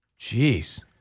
Jeez